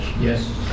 Yes